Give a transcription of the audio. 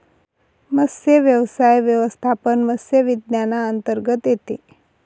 मत्स्यव्यवसाय व्यवस्थापन मत्स्य विज्ञानांतर्गत येते